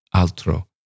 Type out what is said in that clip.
Altro